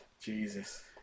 Jesus